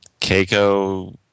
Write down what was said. Keiko